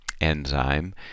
enzyme